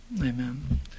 Amen